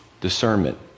Discernment